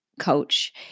coach